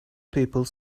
people